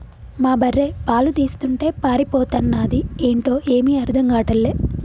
మా బర్రె పాలు తీస్తుంటే పారిపోతన్నాది ఏంటో ఏమీ అర్థం గాటల్లే